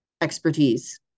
expertise